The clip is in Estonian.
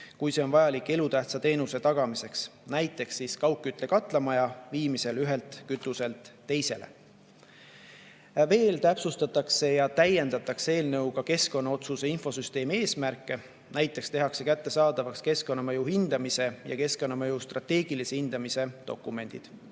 kui see on vajalik elutähtsa teenuse tagamiseks, näiteks kaugkütte katlamaja viimisel ühelt kütuselt teisele. Veel täpsustatakse ja täiendatakse eelnõuga keskkonnaotsuste infosüsteemi eesmärke. Näiteks tehakse kättesaadavaks keskkonnamõju hindamise ja keskkonnamõju strateegilise hindamise dokumendid.